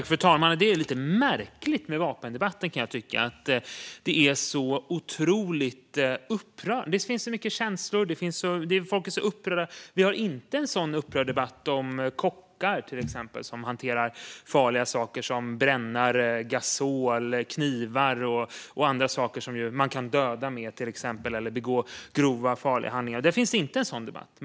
Fru talman! Det är lite märkligt med vapendebatten, kan jag tycka, att det finns så mycket känslor och att folk är så upprörda. Vi har inte en sådan debatt om till exempel kockar som hanterar farliga saker som brännare, gasol, knivar och andra saker som man kan döda eller begå grova, farliga handlingar med. Där finns det ingen sådan debatt.